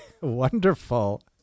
wonderful